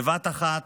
בבת אחת